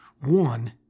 One